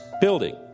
building